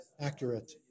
accurate